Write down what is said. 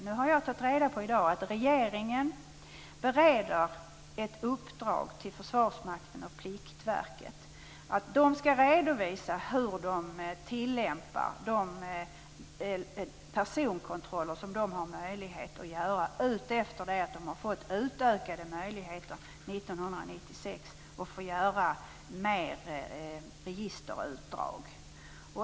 I dag har jag tagit reda på att regeringen bereder ett uppdrag till Försvarsmakten och Pliktverket att de skall redovisa hur de tillämpar de personkontroller som de har möjlighet att göra efter det att de fick utökade möjligheter 1996. Då fick de möjlighet att göra fler registerutdrag.